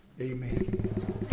Amen